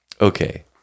okay